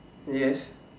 yes